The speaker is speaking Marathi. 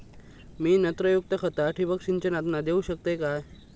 मी नत्रयुक्त खता ठिबक सिंचनातना देऊ शकतय काय?